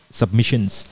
submissions